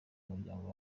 muryango